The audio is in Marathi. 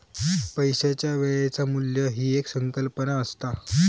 पैशाच्या वेळेचा मू्ल्य ही एक संकल्पना असता